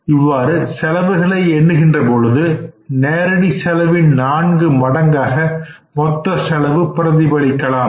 இவ்வாறு செலவுகளை எண்ணுகின்ற பொழுது நேரடி செலவின் நான்கு மடங்காக மொத்த செலவு பிரதிபலிக்கலாம்